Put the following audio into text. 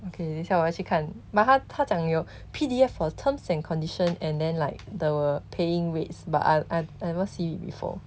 okay 等一下我要去看 but 他讲有 P_D_F for terms and condition and then like the paying rates but I I I never see before